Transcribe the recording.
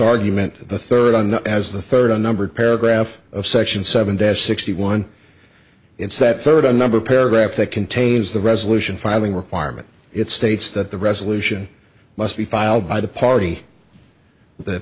argument the third on the as the third are numbered paragraph of section seven deaths sixty one in sept third a number paragraph that contains the resolution filing requirement it states that the resolution must be filed by the party that